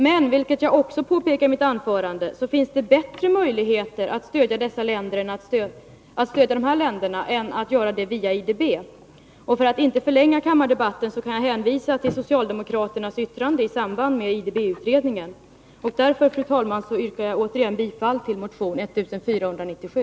Men jag påpekade också att det finns bättre möjligheter att stödja dessa länder än att göra det via IDB. För att inte ytterligare förlänga kammardebatten kan jag hänvisa till socialdemokraternas yttrande i samband med IDB-utredningen. Fru talman! Jag yrkar återigen bifall till motion 1497.